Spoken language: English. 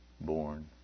born